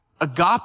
Agape